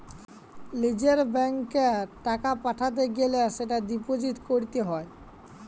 লিজের ব্যাঙ্কত এ টাকা পাঠাতে গ্যালে সেটা ডিপোজিট ক্যরত হ্য়